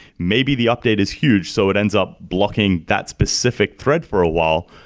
maybe the update is huge, so it ends up blocking that specific thread for a while,